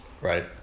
Right